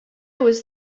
was